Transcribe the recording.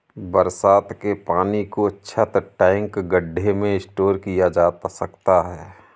बरसात के पानी को छत, टैंक, गढ्ढे में स्टोर किया जा सकता है